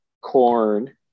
corn